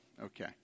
Okay